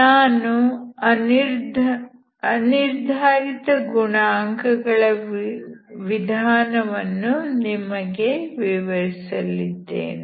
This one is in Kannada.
ನಾನು ಅನಿರ್ಧಾರಿತ ಗುಣಾಂಕ ಗಳ ವಿಧಾನವನ್ನು ನಿಮಗೆ ವಿವರಿಸಲಿದ್ದೇನೆ